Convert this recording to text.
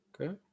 Okay